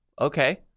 okay